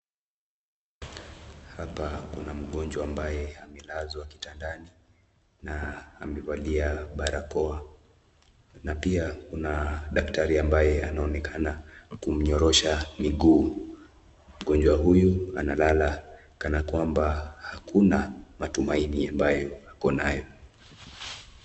Hapa kuna mgonjwa ambaye amelazwa kitandani na amevalia barakoa na pia kuna daktari ambaye anaonekana kimnyorosha miguu. Mgonjwa huyu analala kana kwamba hakuna natumaini ambayo ako nayo.